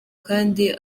kandi